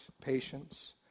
patience